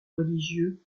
religieux